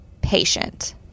patient